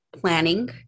planning